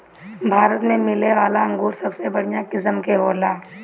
भारत में मिलेवाला अंगूर सबसे बढ़िया किस्म के होला